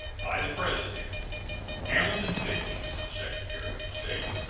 by the president hamilton fish, secretary of state.